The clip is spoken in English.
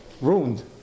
ruined